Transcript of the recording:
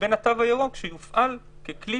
לבין התו הירוק שמופעל ככלי